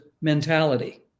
mentality